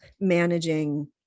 Managing